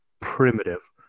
primitive